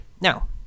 now